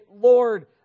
Lord